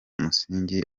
musingi